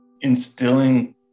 instilling